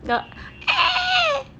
the